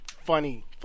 Funny